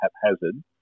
haphazard